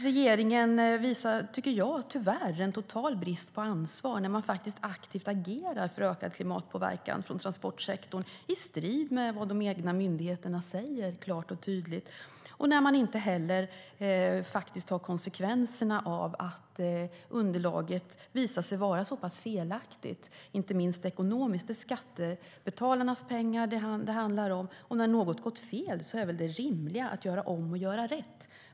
Regeringen visar tyvärr en total brist på ansvar när den faktiskt aktivt agerar för ökad klimatpåverkan från transportsektorn i strid med vad de egna myndigheterna klart och tydligt säger och inte heller tar konsekvenserna av att underlaget visar sig vara felaktigt, inte minst när det gäller det ekonomiska. Det är skattepengarnas pengar det handlar om. När något gått fel är väl det rimliga att göra om och göra rätt?